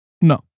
No